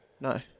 No